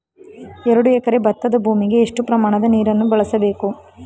ಎರಡು ಎಕರೆ ಭತ್ತದ ಭೂಮಿಗೆ ಎಷ್ಟು ಪ್ರಮಾಣದ ನೀರನ್ನು ಬಳಸಬೇಕು?